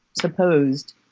supposed